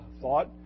thought